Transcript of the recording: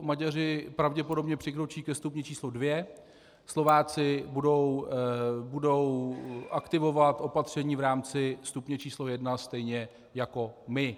Maďaři pravděpodobně přikročí ke stupni číslo dvě, Slováci budou aktivovat opatření v rámci stupně číslo jedna stejně jako my.